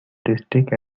district